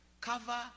cover